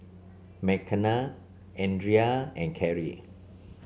Mckenna Adria and Karrie